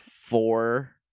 four